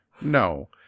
No